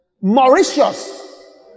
Mauritius